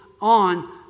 on